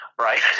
right